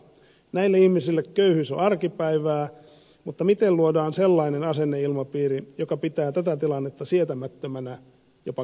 näille ihmisille köyhyys on arkipäivää mutta miten luodaan sellainen asenneilmapiiri joka pitää tätä tilannetta sietämättömänä jopa kestämättömänä